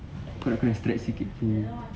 kau nak kena stretch sikit punya